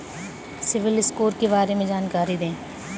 CIBIL score के बारे में जानकारी दें?